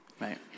right